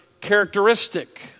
characteristic